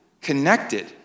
connected